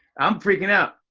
i'm freakin' out.